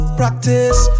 practice